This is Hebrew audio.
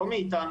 לא מאתנו,